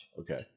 Okay